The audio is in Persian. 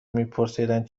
میپرسیدند